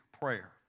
prayer